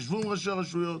תשבו עם ראשי הרשויות.